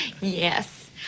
Yes